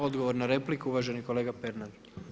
Odgovor na repliku uvaženi kolega Pernar.